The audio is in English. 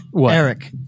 Eric